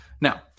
Now